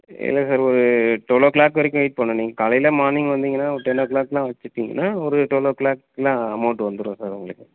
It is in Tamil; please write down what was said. இல்லை சார் ஒரு டுவெல் ஓ கிளாக் வரைக்கும் வெயிட் பண்ணணும் நீங்கள் காலையில் மார்னிங் வந்தீங்கன்னால் ஒரு டென் ஓ கிளாக்னால் வெச்சுட்டிங்கன்னா ஒரு டுவெல் ஓ கிளாக்கெலாம் அமௌண்ட்டு வந்துடும் சார் உங்களுக்கு